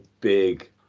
big